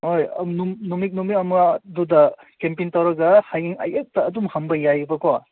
ꯍꯣꯏ ꯅꯨꯃꯤꯠ ꯅꯨꯃꯤꯠ ꯑꯃꯗꯨꯗ ꯀꯦꯝꯄꯤꯡ ꯇꯧꯔꯒ ꯍꯌꯦꯡ ꯑꯌꯨꯛꯇ ꯑꯗꯨꯝ ꯍꯟꯕ ꯌꯥꯏꯌꯦꯕꯀꯣ